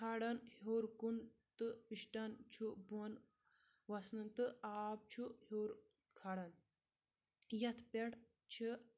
کھالان ہیوٚر کُن تہٕ پَشٹَن چھُ بۄن وَسان تہٕ آب چھُ ہیوٚر کھالان یَتھ پٮ۪ٹھ چھِ